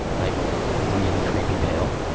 like really creepy pale.